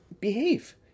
behave